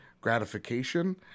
gratification